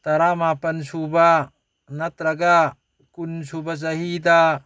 ꯇꯔꯥ ꯃꯥꯄꯜ ꯁꯨꯕ ꯅꯠꯇ꯭ꯔꯒ ꯀꯨꯟ ꯁꯨꯕ ꯆꯍꯤꯗ